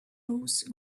rose